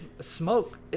smoke